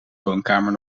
woonkamer